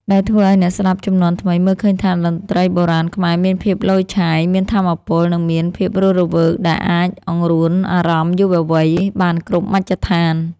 ដែលធ្វើឱ្យអ្នកស្តាប់ជំនាន់ថ្មីមើលឃើញថា តន្ត្រីបុរាណខ្មែរមានភាពឡូយឆាយ មានថាមពល និងមានភាពរស់រវើកដែលអាចអង្រួនអារម្មណ៍យុវវ័យបានគ្រប់មជ្ឈដ្ឋាន។